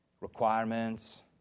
requirements